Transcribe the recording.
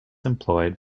employed